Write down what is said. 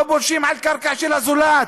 לא פולשים לקרקע של הזולת,